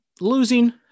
losing